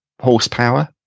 horsepower